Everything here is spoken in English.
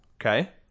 Okay